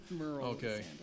Okay